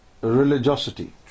religiosity